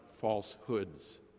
falsehoods